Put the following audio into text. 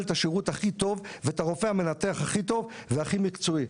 את השירות הכי טוב ואת הרופא המנתח הכי טוב והכי מקצועי.